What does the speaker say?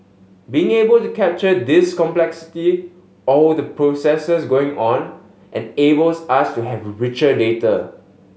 being able to capture this complexity all the processes going on enables us to have richer data